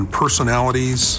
personalities